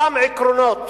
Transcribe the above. אותם עקרונות